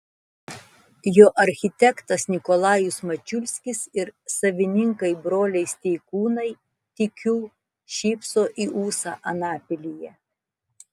jo architektas nikolajus mačiulskis ir savininkai broliai steikūnai tikiu šypso į ūsą anapilyje